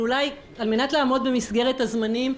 אבל אולי אני צריכה על מנת לעמוד במסגרת הזמנים,